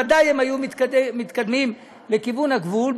ודאי הם היו מתקדמים לכיוון הגבול.